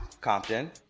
Compton